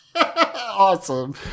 Awesome